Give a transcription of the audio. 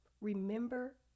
remember